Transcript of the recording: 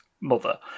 mother